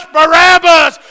Barabbas